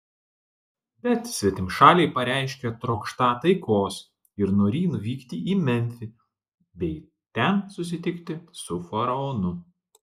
bet svetimšaliai pareiškė trokštą taikos ir norį nuvykti į memfį bei ten susitikti su faraonu